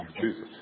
Jesus